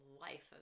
life